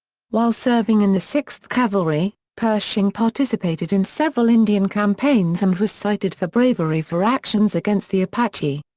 while serving in the sixth cavalry, pershing participated in several indian campaigns and was cited for bravery for actions against the apache.